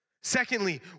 Secondly